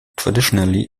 traditionally